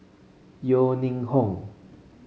Yeo Ning Hong